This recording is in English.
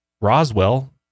Roswell